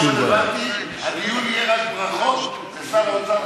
הדיון יהיה רק ברכות לשר האוצר,